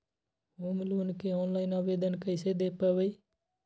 Home loan के online आवेदन कैसे दें पवई?